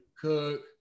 cook